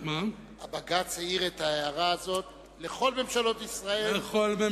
הבג"ץ העיר את ההערה הזאת לכל ממשלות ישראל,